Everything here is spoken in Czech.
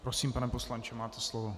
Prosím, pane poslanče, máte slovo.